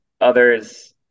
Others